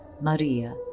Maria